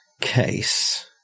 case